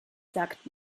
sagt